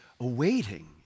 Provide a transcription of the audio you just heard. awaiting